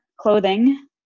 clothing